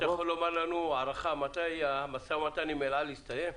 תוכל לומר לנו מתי המשא ומתן עם אל על יסתיים?